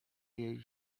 jej